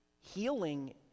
Healing